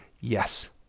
Yes